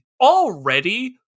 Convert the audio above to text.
already